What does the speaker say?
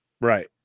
Right